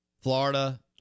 Florida